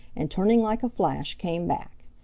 and turning like a flash, came back.